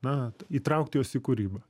na įtraukt juos į kūrybą